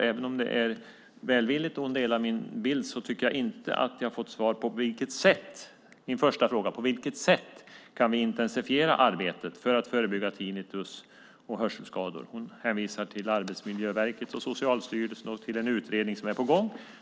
Även om det är välvilligt och hon delar min bild tycker jag inte att jag har fått svar på min första fråga om på vilket sätt vi kan intensifiera arbetet med att förebygga tinnitus och hörselskador. Hon hänvisar till Arbetsmiljöverket, Socialstyrelsen och till en utredning som är på gång.